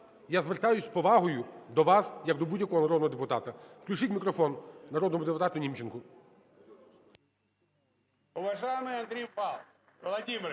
я звертаюся з повагою до вас, як до будь-якого народного депутата. Включіть мікрофон народному депутату Німченку.